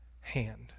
hand